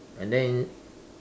and then